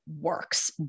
works